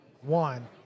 one